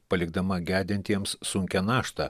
palikdama gedintiems sunkią naštą